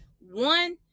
One